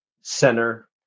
center